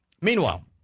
Meanwhile